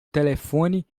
telefone